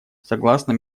согласно